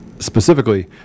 specifically